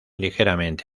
ligeramente